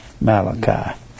Malachi